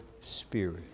spirit